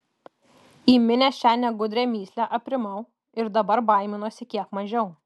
įminęs šią negudrią mįslę aprimau ir dabar baiminuosi kiek mažiau